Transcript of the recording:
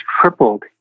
tripled